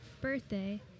birthday